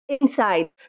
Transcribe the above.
inside